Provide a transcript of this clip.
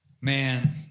Man